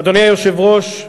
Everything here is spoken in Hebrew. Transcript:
אדוני היושב-ראש,